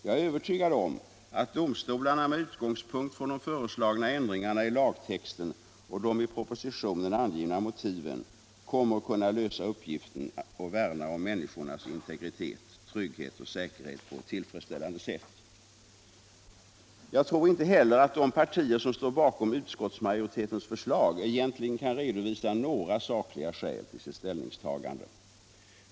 Jag är övertygad om att domstolarna med utgångspunkt i de föreslagna ändringarna i lagtexten och de i propositionen angivna motiven kommer att kunna lösa uppgiften och värna om människornas integritet, trygghet och säkerhet på ett tillfredsställande sätt. Jag tror inte heller att de partier som står bakom utskottsmajoritetens förslag egentligen kan redovisa några sakliga skäl till sitt ställningstagande.